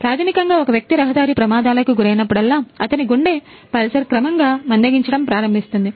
ప్రాథమికంగా ఒక వ్యక్తి రహదారి ప్రమాదాలకు గురైనప్పుడల్లా అతని గుండె పల్స్ క్రమంగా మందగించడం ప్రారంభిస్తుంది